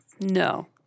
No